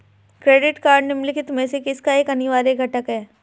Credit card निम्नलिखित में से किसका एक अनिवार्य घटक है?